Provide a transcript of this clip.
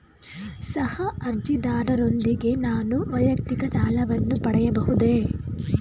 ಸಹ ಅರ್ಜಿದಾರರೊಂದಿಗೆ ನಾನು ವೈಯಕ್ತಿಕ ಸಾಲವನ್ನು ಪಡೆಯಬಹುದೇ?